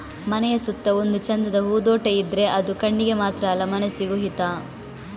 ಮನೆಯ ಸುತ್ತ ಒಂದು ಚಂದದ ಹೂದೋಟ ಇದ್ರೆ ಅದು ಕಣ್ಣಿಗೆ ಮಾತ್ರ ಅಲ್ಲ ಮನಸಿಗೂ ಹಿತ